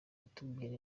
atubwira